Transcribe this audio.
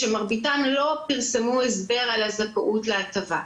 שמרביתם לא פרסמו הסבר לזכאות על ההטבה,